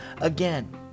again